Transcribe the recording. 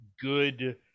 good